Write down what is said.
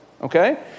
Okay